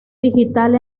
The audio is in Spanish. digital